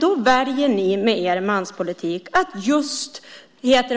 Då väljer ni med er manspolitik att